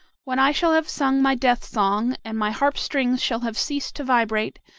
when i shall have sung my death song, and my harp-strings shall have ceased to vibrate,